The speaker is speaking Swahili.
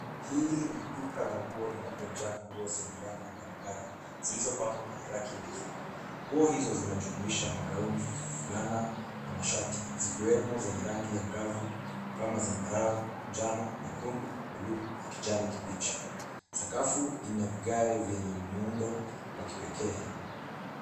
Hili ni duka la nguo lililojaa nguo zenye rangi zilizopangwa kwenye raki ndefu. Nguo hizo zinajumuisha magauni, fulana na mashati zikiwemo zenye rangi angavu kama zambarau, njano, nyekundu, blue [ cs] na kijani kibichi. Sakafu ina vigae vyenye muundo wa kipekee.